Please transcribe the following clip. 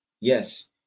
Yes